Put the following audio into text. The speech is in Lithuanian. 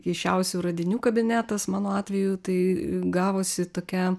keisčiausių radinių kabinetas mano atveju tai gavosi tokia